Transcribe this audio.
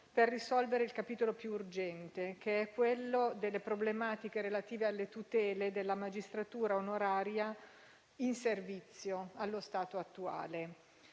per risolvere il capitolo più urgente, che è quello delle problematiche relative alle tutele della magistratura onoraria in servizio allo stato attuale.